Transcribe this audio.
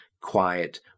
quiet